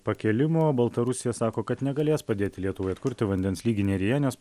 pakėlimo baltarusija sako kad negalės padėti lietuvai atkurti vandens lygį neryje nes